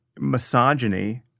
misogyny